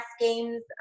games